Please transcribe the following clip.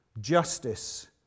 Justice